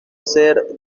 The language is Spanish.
ser